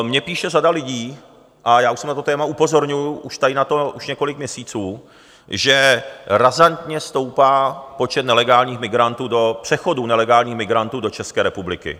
Mně píše řada lidí a já na to téma upozorňuju už několik měsíců, že razantně stoupá počet nelegálních migrantů, přechodu nelegálních migrantů do České republiky.